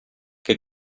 che